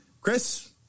Chris